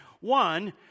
One